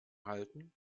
halten